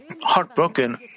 heartbroken